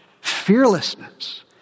fearlessness